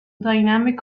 dynamic